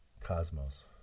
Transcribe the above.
cosmos